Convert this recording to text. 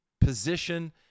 position –